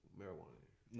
marijuana